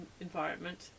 environment